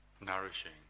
nourishing